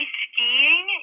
skiing